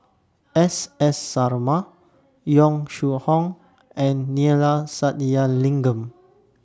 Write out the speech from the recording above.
S S Sarma Yong Shu Hoong and Neila Sathyalingam